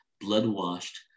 blood-washed